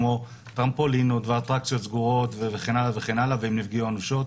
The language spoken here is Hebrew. כמו טרמפולינות ואטרקציות סגורות וכן הלאה והם נפגעו אנושות,